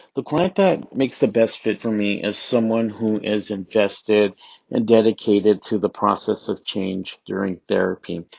the client that makes the best fit for me is someone who is invested and dedicated to the process of change during therapy.